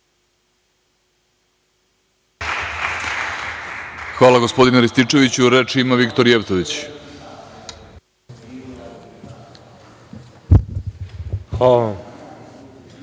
Hvala, gospodine Rističeviću. Reč ima Viktor Jevtović.